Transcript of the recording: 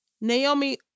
Naomi